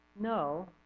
No